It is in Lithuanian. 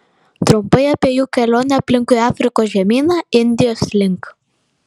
trumpai apie jų kelionę aplinkui afrikos žemyną indijos link